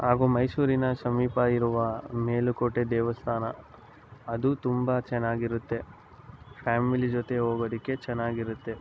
ಹಾಗೂ ಮೈಸೂರಿನ ಸಮೀಪ ಇರುವ ಮೇಲುಕೋಟೆ ದೇವಸ್ಥಾನ ಅದು ತುಂಬ ಚೆನ್ನಾಗಿರುತ್ತೆ ಫ್ಯಾಮಿಲಿ ಜೊತೆ ಹೋಗೋದಕ್ಕೆ ಚೆನ್ನಾಗಿರುತ್ತೆ